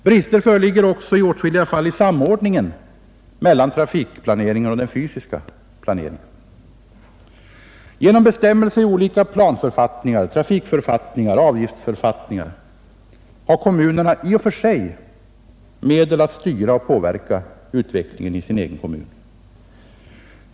Brister föreligger också i åtskilliga fall i samordningen mellan trafikplaneringen och den fysiska planeringen. Genom bestämmelser i olika planförfattningar, trafikförfattningar och avgiftsförfattningar har varje kommun i och för sig möjlighet att styra och påverka utvecklingen inom sitt eget område.